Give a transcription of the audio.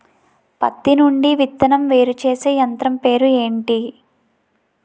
పత్తి నుండి విత్తనం వేరుచేసే యంత్రం పేరు ఏంటి